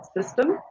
system